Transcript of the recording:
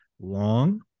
long